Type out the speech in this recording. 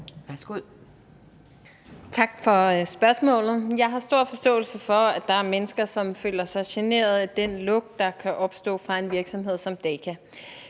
Værsgo.